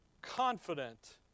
confident